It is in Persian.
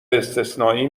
استثنایی